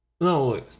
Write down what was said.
No